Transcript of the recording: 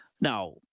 Now